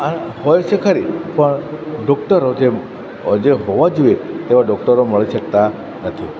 હોય છે ખરી પણ ડોક્ટરો જેમ જે હોવાં જોઈએ તેવાં ડોક્ટરો મળી શકતાં નથી